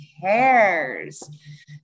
cares